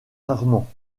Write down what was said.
rarement